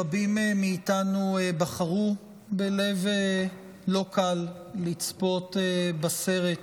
רבים מאיתנו בחרו בלב לא קל לצפות בסרט